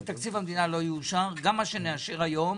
אם תקציב המדינה לא יאושר, גם מה שנאשר היום